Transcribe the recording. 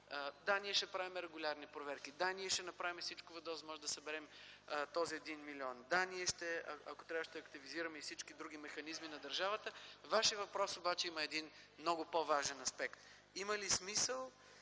Да, ние ще правим регулярни проверки; да, ние ще направим всичко възможно да съберем този 1 милион; да, ако трябва, ние ще активизираме и всички други механизми на държавата. Във Вашия въпрос обаче има един много по-важен аспект – има ли смисъл